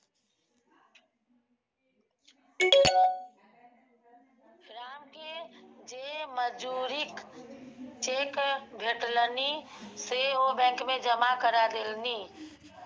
रामकेँ जे मजूरीक चेक भेटलनि से ओ बैंक मे जमा करा देलनि